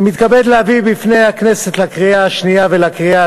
אני מתכבד להביא בפני הכנסת לקריאה השנייה ולקריאה